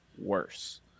worse